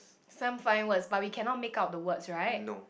some fine words but we cannot make out the words right